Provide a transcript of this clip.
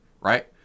right